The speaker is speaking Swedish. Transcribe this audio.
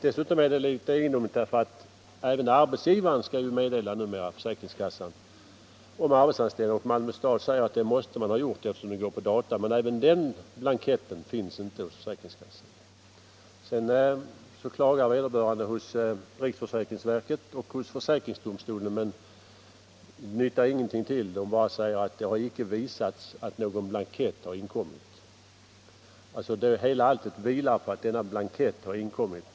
Dessutom är det egendomligt eftersom även arbetsgivaren numera skall lämna uppgift till försäkringskassan om arbetsanställning. Malmö stad säger också att det måste man ha gjort, för det går på data. Inte heller den blanketten finns emellertid hos försäkringskassan. Sedan klagade vederbörande hos riksförsäkringsverket och försäkringsdomstolen, men det nyttade ingenting till. De sade bara att det inte hade visats att någon blankett hade inkommit. Allt vilar således på att denna blankett saknas.